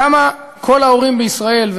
כמה כל ההורים בישראל,